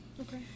Okay